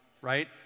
right